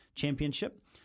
Championship